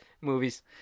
movies